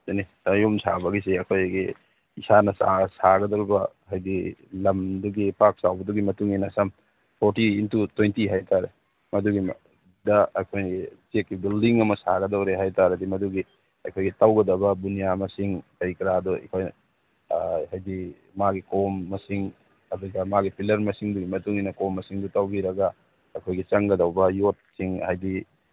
ꯑꯗꯨꯅꯤ ꯌꯨꯝ ꯁꯥꯕꯒꯤꯁꯤ ꯑꯩꯈꯣꯏꯒꯤ ꯏꯁꯥꯅ ꯁꯥꯒꯗꯧꯔꯤꯕ ꯍꯥꯏꯗꯤ ꯂꯝꯗꯨꯒꯤ ꯄꯥꯛ ꯆꯥꯎꯕꯗꯨꯒꯤ ꯃꯇꯨꯡꯏꯟꯅ ꯁꯝ ꯐꯣꯔꯇꯤ ꯏꯟꯇꯨ ꯇ꯭ꯋꯦꯟꯇꯤ ꯍꯥꯏꯇꯥꯔꯦ ꯃꯗꯨꯒꯤ ꯃꯗ ꯑꯩꯈꯣꯏꯅ ꯆꯦꯛꯀꯤ ꯕꯤꯜꯗꯤꯡ ꯑꯃ ꯁꯥꯒꯗꯧꯔꯦ ꯍꯥꯏ ꯇꯥꯔꯗꯤ ꯃꯗꯨꯒꯤ ꯑꯩꯈꯣꯏꯒꯤ ꯇꯧꯒꯗ ꯒꯨꯅꯤꯌꯥ ꯃꯁꯤꯡ ꯀꯔꯤ ꯀꯔꯥꯗꯣ ꯑꯩꯈꯣꯏꯅ ꯍꯥꯏꯗꯤ ꯃꯥꯒꯤ ꯀꯣꯝ ꯃꯁꯤꯡ ꯑꯗꯨꯒ ꯃꯥꯒꯤ ꯄꯤꯂꯔ ꯃꯁꯤꯡꯗꯨꯒꯤ ꯃꯇꯨꯡꯏꯟꯅ ꯀꯣꯝ ꯃꯁꯤꯡꯗꯨ ꯇꯧꯕꯤꯔꯒ ꯑꯩꯈꯣꯏꯒꯤ ꯆꯪꯒꯗꯧꯕ ꯌꯣꯠꯁꯤꯡ ꯍꯥꯏꯗꯤ